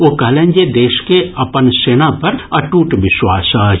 ओ कहलनि जे देश के अपन सेना पर अटूट विश्वास अछि